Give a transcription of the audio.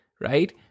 right